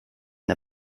the